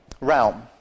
realm